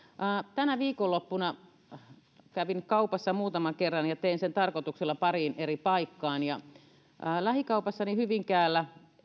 tänä viikonloppuna kävin kaupassa muutaman kerran ja tein sen tarkoituksella pariin eri paikkaan eräässä lähikaupassani hyvinkäällä